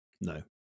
No